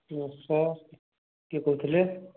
ହଁ କିଏ କୁହ କହୁଥିଲେ